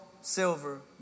silver